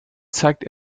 zeigt